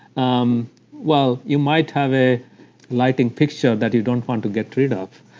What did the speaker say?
um while you might have a lighting fixture that you don't want to get rid of,